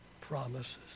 Promises